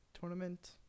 tournament